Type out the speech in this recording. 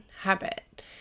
habit